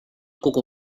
kogu